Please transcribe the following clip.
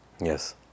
Yes